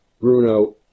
Bruno